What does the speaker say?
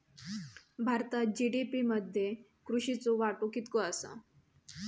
भारतात जी.डी.पी मध्ये कृषीचो वाटो कितको आसा?